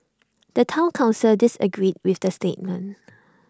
the Town Council disagreed with the statement